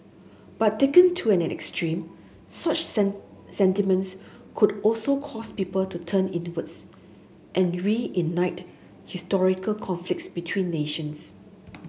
but taken to an extreme such sentiments could also cause people to turn inwards and reignite historical conflicts between nations